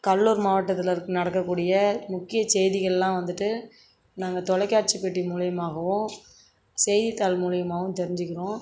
கடலூர் மாவட்டத்தில் நடக்கக்கூடிய முக்கிய செய்திகளெலாம் வந்துட்டு நாங்கள் தொலைக்காட்சி பெட்டி மூலிமாகவும் செய்தித்தாள் மூலிமாவும் தெரிஞ்சுக்கிறோம்